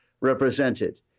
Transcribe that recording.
represented